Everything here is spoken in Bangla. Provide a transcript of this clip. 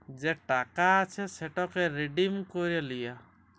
যে টাকা আছে সেটকে রিডিম ক্যইরে লিয়া